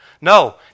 No